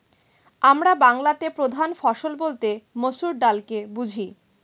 আমরা বাংলাতে প্রধান ফসল বলতে মসুর ডালকে বুঝি